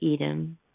Edom